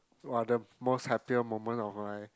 what are the most happier moment of my